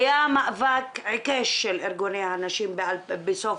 היה מאבק עיקש של ארגוני הנשים בסוף